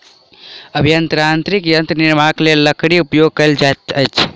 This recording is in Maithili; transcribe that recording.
अभियांत्रिकी यंत्रक निर्माणक लेल लकड़ी के उपयोग कयल जाइत अछि